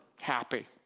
happy